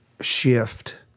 shift